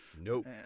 Nope